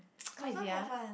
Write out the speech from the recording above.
what is it ah